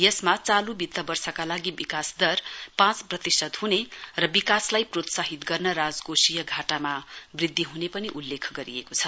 यसमा चालू वित्त वर्षका लागि विकास दर पाँच प्रतिशत हुने र विकासलाई प्रोत्साहित गर्न राजकोषीय घाटमा बृध्द हुने पनि उल्लेख गरिएको छ